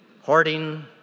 hoarding